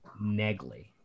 Negley